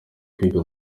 kwiga